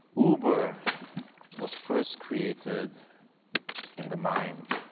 uber was first created in the mind.